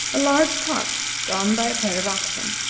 a large cart drawn by a pair of oxen.